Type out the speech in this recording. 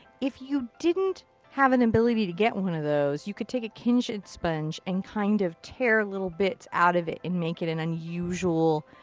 if you didn't have an ability to get one of those, you could take a kitchen sponge and kind of tear little bits out of it and make it an unusual,